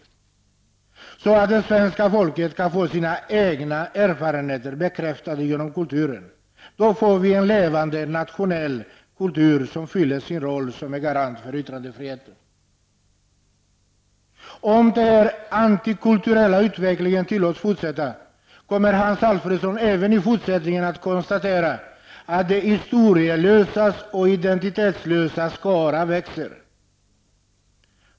På så sätt kan det svenska folket få sina egna erfarenheter bekräftade genom kulturen. Då får vi en levande, nationell kultur, som fyller sin roll som en garant för yttrandefriheten. Om den antikulturella utvecklingen tillåts fortsätta, kommer Hans Alfredsson även i fortsättningen att kunna konstatera att de historielösas och identitetslösas skara växer.